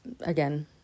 again